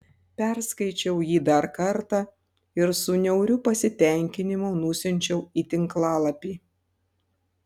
perskaičiau jį dar kartą ir su niauriu pasitenkinimu nusiunčiau į tinklalapį